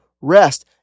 rest